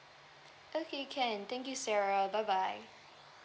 okay can thank you sarah bye bye